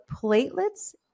platelets